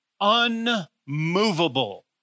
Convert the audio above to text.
unmovable